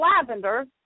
lavender